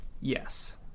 Yes